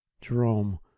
Jerome